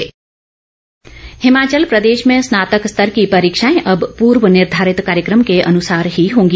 high court Himachal Pradesh में स्नातक स्तर की परीक्षाएं अब पूर्व निर्घारित कार्यकम के अनुसार ही होंगी